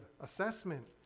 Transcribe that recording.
assessment